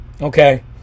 Okay